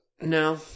No